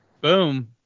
Boom